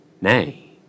nay